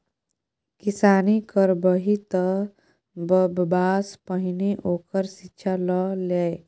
किसानी करबही तँ बबासँ पहिने ओकर शिक्षा ल लए